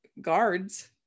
guards